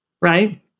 right